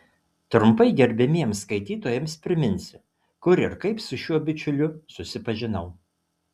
trumpai gerbiamiems skaitytojams priminsiu kur ir kaip su šiuo bičiuliu susipažinau